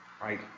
right